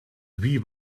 wie